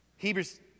Hebrews